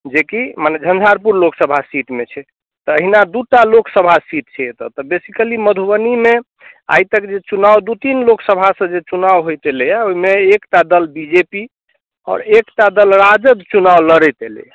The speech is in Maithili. जे कि मने झंझारपुर लोकसभा सीटमे छै तहिना दू टा लोकसभा सीट छै एतय तऽ बेसिकली मधुबनीमे आइ तक जे चुनाव दू तीन लोकसभासँ जे चुनाव होइत एलैए ओहिमे एकटा दल बी जे पी आओर एकटा दल राजद चुनाव लड़ैत एलैए